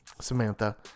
Samantha